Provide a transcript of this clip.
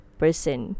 person